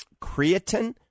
Creatine